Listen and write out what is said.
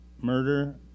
murder